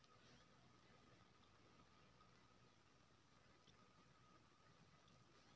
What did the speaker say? कोरोनाक इलाज आसानी सँ भए जेतियौ जँ स्वास्थय बीमा लेने रहतीह